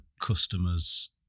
customer's